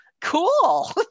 cool